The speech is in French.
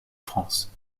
france